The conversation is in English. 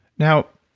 now,